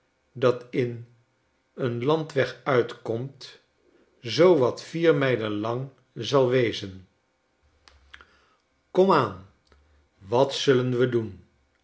dat in een landweg uitkomt zoo wat vier mijlenlangzal wezen komaan wat zullen we doen